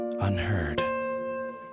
unheard